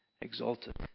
exalted